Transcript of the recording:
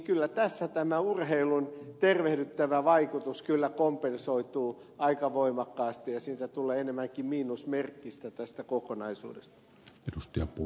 kyllä tässä tämä urheilun tervehdyttävä vaikutus kompensoituu aika voimakkaasti ja tästä kokonaisuudesta tulee enemmänkin miinusmerkkistä